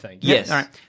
Yes